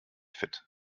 fit